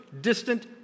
distant